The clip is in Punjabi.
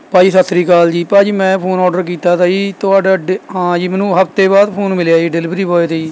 ਭਾਅ ਜੀ ਸਤਿ ਸ਼੍ਰੀ ਅਕਾਲ ਜੀ ਭਾਅ ਜੀ ਮੈਂ ਫੋਨ ਔਡਰ ਕੀਤਾ ਤਾ ਜੀ ਤੁਹਾਡਾ ਡ ਜੀ ਮੈਨੂੰ ਹਫਤੇ ਬਾਅਦ ਫੋਨ ਮਿਲਿਆ ਜੀ ਡਿਲੀਵਰੀ ਬੋਏ ਤੋਂ ਜੀ